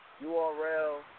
URL